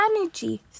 energy